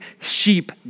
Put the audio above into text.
sheep